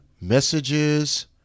messages